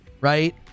Right